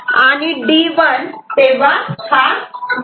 आणि D 1 तेव्हा हा '1'